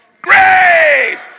grace